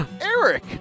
Eric